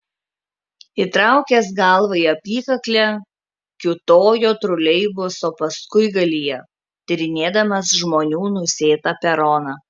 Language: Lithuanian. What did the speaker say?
įtraukęs galvą į apykaklę kiūtojo troleibuso paskuigalyje tyrinėdamas žmonių nusėtą peroną